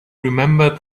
remembered